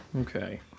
Okay